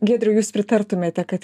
giedriau jūs pritartumėte kad